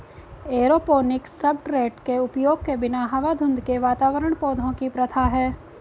aeroponics substrate के उपयोग के बिना हवा धुंध के वातावरण पौधों की प्रथा है